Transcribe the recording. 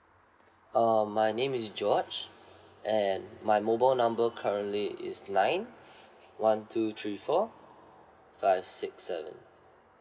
uh my name is george and my mobile number currently is nine one two three four five six seven